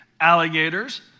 alligators